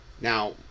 Now